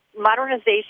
modernization